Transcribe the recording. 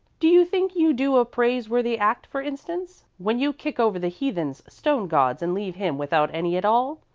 do you think you do a praiseworthy act, for instance, when you kick over the heathen's stone gods and leave him without any at all?